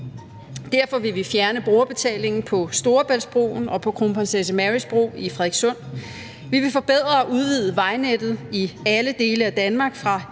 Derfor vil vi fjerne brugerbetalingen på Storebæltsbroen og på Kronprinsesse Marys Bro i Frederikssund. Vi vil forbedre og udvide vejnettet i alle dele af Danmark: